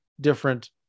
different